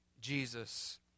Jesus